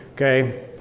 Okay